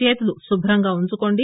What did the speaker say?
చేతులు శుభంగా ఉంచుకోండి